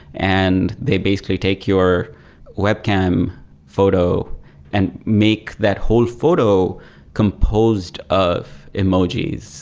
and they basically take your web cam photo and make that whole photo composed of emojis.